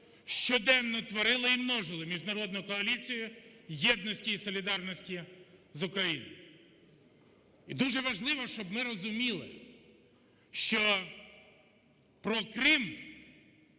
щоденно творили і множили міжнародну коаліцію єдності і солідарності з Україною. І дуже важливо, щоб ми розуміли, що про Крим